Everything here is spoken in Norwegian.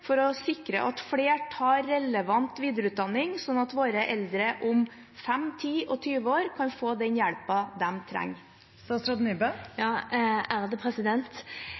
for å sikre at flere tar relevant videreutdanning, slik at våre eldre om 5, 10 og 20 år kan få den